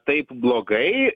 taip blogai